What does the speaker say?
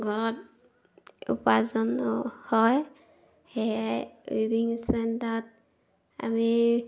ঘৰত উপাৰ্জন হয় সেয়াই উইিভিং চেণ্টাৰত আমি